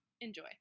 enjoy